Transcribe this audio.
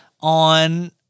on-